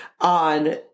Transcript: on